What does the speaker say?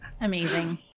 amazing